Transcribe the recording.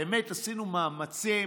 באמת עשינו מאמצים,